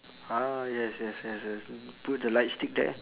ah yes yes yes yes put the light stick there